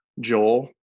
Joel